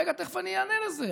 רגע, תכף אענה לזה.